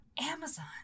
Amazon